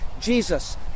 Jesus